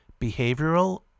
behavioral